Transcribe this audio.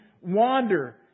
wander